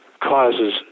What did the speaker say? causes